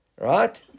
Right